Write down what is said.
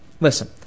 Listen